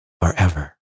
forever